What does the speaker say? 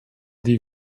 die